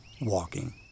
WALKING